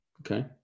okay